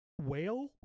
whale